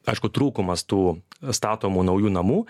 aišku trūkumas tų statomų naujų namų